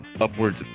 upwards